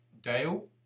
Dale